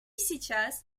сейчас